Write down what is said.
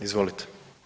Izvolite.